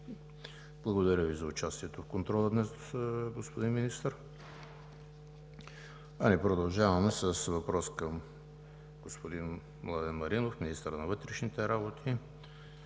Благодаря Ви за участието в контрола днес, господин Министър. Ние продължаваме с въпрос към господин Младен Маринов – министър на вътрешните работи.